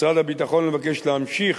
משרד הביטחון מבקש להמשיך